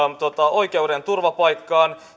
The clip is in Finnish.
oikeuden turvapaikkaan